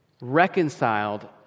reconciled